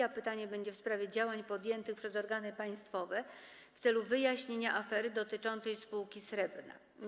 A pytanie będzie w sprawie działań podjętych przez organy państwowe w celu wyjaśnienia afery dotyczącej spółki Srebrna.